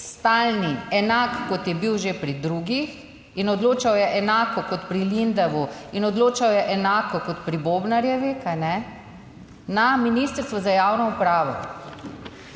stalni, enak kot je bil že pri drugih, in odločal je enako kot pri Lindavu in odločal je enako kot pri Bobnarjevi, kajne, na Ministrstvu za javno upravo.